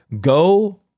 Go